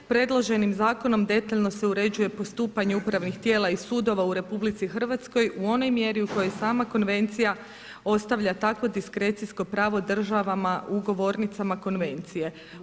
Predloženim zakonom detaljno se uređuje postupanje upravnih tijela i sudova u RH u onoj mjeri u kojoj sama konvencija ostavlja takvo diskrecijsko pravo državama ugovornicama konvencije.